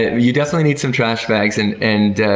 you definitely need some trash bags. and and